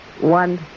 one